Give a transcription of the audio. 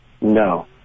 No